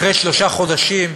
אחרי שלושה חודשים,